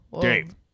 Dave